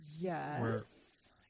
Yes